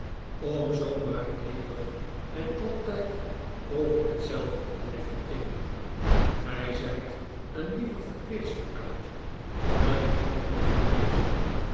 zoo maar eeuwig en altijd over hetzelfde te blijven temen gij zijt een lieve verpleegster kaatje een heel goede verpleegster